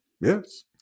Yes